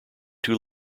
two